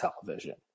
television